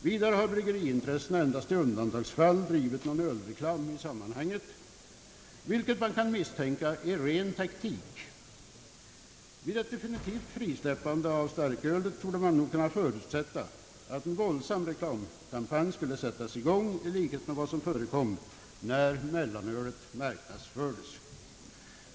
Vidare har bryggeriintressena endast i undantagsfall drivit någon ölreklam i sammanhanget, vilket man kan misstänka är ren taktik. Vid ett definitivt frisläppande av starkölet torde man nog kunna förutsätta att en våldsam reklamkampanj skulle sättas i gång, i likhet med vad som förekom när mellanölet marknadsfördes.